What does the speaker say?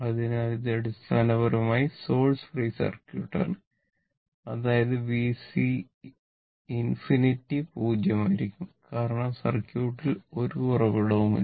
അതിനാൽ ഇത് അടിസ്ഥാനപരമായി സോഴ്സ് ഫ്രീ സർക്യൂട്ട് ആണ് അതായത് VC∞ 0 ആയിരിക്കും കാരണം സർക്യൂട്ടിൽ ഒരു ഉറവിടവുമില്ല